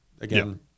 again